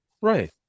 right